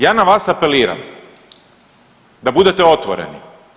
Ja na vas apeliram da budete otvoreni.